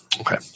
Okay